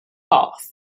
hearth